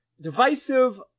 divisive